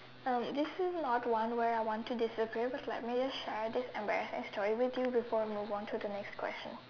um this is not one where I want to disappear but let me just share this embarrassing story with you before move on to the next question